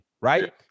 right